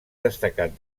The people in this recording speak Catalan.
destacat